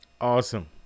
awesome